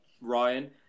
Ryan